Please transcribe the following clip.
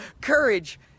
courage